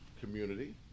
community